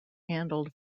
handled